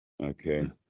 Okay